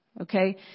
Okay